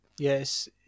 Yes